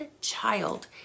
child